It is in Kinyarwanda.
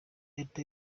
leta